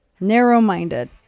narrow-minded